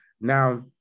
Now